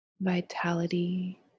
vitality